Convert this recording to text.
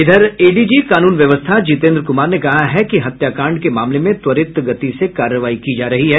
इधर एडीजी कानून व्यवस्था जितेन्द्र कुमार ने कहा है कि हत्याकांड के मामले में त्वरित गति से कार्रवाई की जा रही है